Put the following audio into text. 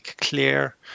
clear